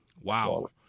Wow